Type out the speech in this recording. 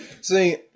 See